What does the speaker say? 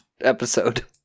episode